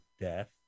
Death